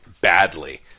badly